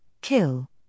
kill